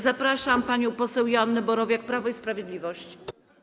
Zapraszam panią poseł Joannę Borowiak, Prawo i Sprawiedliwość.